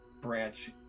branch